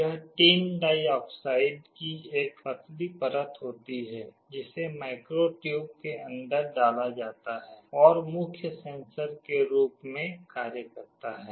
यहाँ tin dioxide की एक पतली परत होती है जिसे माइक्रो ट्यूब के अंदर डाला जाता है और मुख्य सेंसर के रूप में कार्य करता है